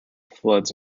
floods